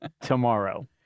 tomorrow